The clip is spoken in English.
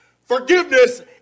Forgiveness